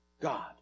God